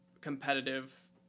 competitive